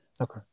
Okay